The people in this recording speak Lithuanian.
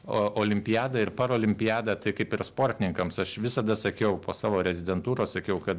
o olimpiada ir paralimpiada tai kaip ir sportininkams aš visada sakiau po savo rezidentūros sakiau kad